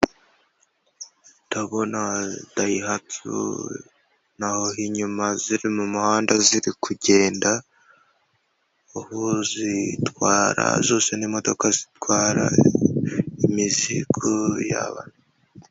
Ndabona dayihatsu, naho inyuma ziri mu muhanda ziri kugenda, uwuzitwara, zose n'imodoka zitwara imizigo yaba.